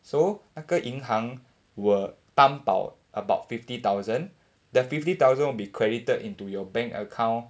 so 那个银行 will 担保 about fifty thousand the fifty thousand will be credited into your bank account